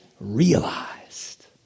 realized